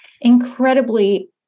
incredibly